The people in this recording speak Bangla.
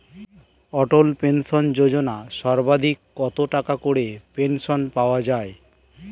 অটল পেনশন যোজনা সর্বাধিক কত টাকা করে পেনশন পাওয়া যায়?